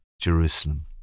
Jerusalem